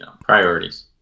priorities